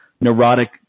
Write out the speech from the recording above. neurotic